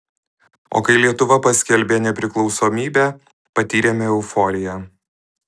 o kai lietuva paskelbė nepriklausomybę patyrėme euforiją